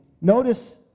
Notice